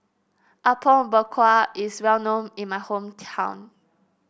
Apom Berkuah is well known in my hometown